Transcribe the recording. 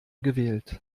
gewählt